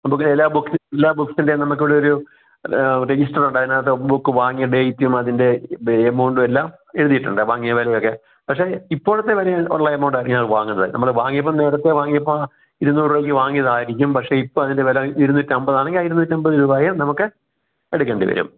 നമുക്ക് എല്ലാ ബുക്ക് എല്ലാ ബുക്ക്സ്സിന്റെ നമുക്കിവിടൊരു രെജിസ്റ്ററുണ്ട് അതിനകത്ത് ബുക്ക് വാങ്ങിയ ഡേറ്റും അതിന്റെ എമൗണ്ടുവെല്ലാം എഴുതീട്ടുണ്ട് വാങ്ങിയ വിലയൊക്കെ പക്ഷേ ഇപ്പോഴത്തെ വില ഉള്ള എമൗണ്ടായിരിക്കും വാങ്ങുന്നത് നമ്മൾ വാങ്ങിയപ്പോൾ നേരത്തെ വാങ്ങിയപ്പോൾ ഇരുന്നൂറ് രൂപക്ക് വാങ്ങിയതായിരിക്കും പക്ഷേ ഇപ്പോൾ അതിന്റെ വില ഇരുന്നൂറ്റൻപതാണെങ്കിൽ ആ ഇരുന്നൂറ്റൻപത് രൂപയും നമുക്ക് എടുക്കേണ്ടി വരും